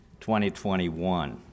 2021